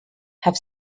have